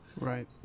Right